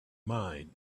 mind